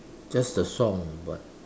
just the song but